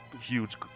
huge